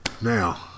Now